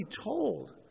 told